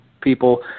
people